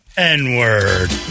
N-word